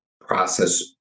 process